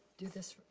do this.